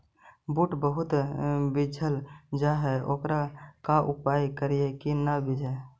बुट बहुत बिजझ जा हे ओकर का उपाय करियै कि न बिजझे?